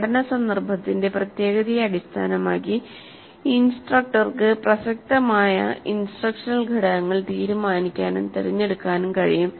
പഠന സന്ദർഭത്തിന്റെ പ്രത്യേകതയെ അടിസ്ഥാനമാക്കി ഇൻസ്ട്രക്ടർക്ക് പ്രസക്തമായ ഇൻസ്ട്രക്ഷണൽ ഘടകങ്ങൾ തീരുമാനിക്കാനും തിരഞ്ഞെടുക്കാനും കഴിയും